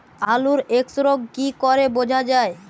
আলুর এক্সরোগ কি করে বোঝা যায়?